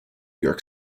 york